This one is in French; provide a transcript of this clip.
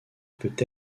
peut